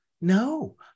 No